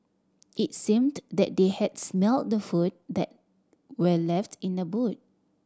it seemed that they had smelt the food that were left in the boot